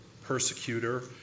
persecutor